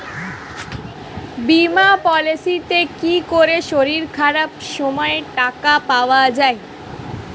বীমা পলিসিতে কি করে শরীর খারাপ সময় টাকা পাওয়া যায়?